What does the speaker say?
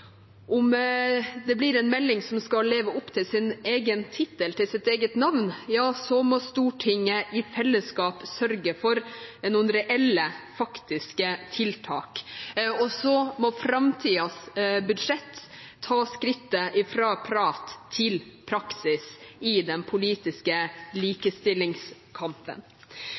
Om det blir en melding som skal leve opp til sin egen tittel, til sitt eget navn, må Stortinget i fellesskap sørge for noen reelle, faktiske tiltak, og så må man i framtidens budsjett ta skrittet fra prat til praksis i den politiske